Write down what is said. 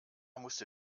musste